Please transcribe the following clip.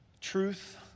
Truth